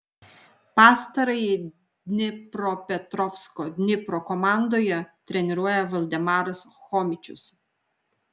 pastarąjį dnipropetrovsko dnipro komandoje treniruoja valdemaras chomičius